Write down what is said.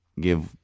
give